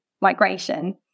migration